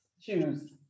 choose